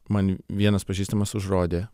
man vienas pažįstamas užrodė